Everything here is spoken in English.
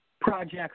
projects